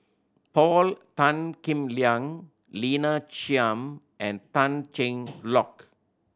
Paul Tan Kim Liang Lina Chiam and Tan Cheng Lock